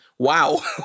Wow